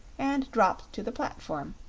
and dropped to the platform,